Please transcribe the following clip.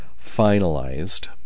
finalized